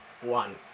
One